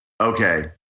okay